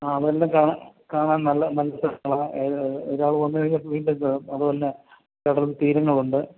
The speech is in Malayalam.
ആ അതെല്ലാം കാണാൻ കാണാൻ നല്ല നല്ല സ്ഥലമാണ് ഒരാൾ വന്നു കഴിഞ്ഞാൽ വീണ്ടും വരും അതു അല്ല കടൽത്തീരങ്ങളുണ്ട്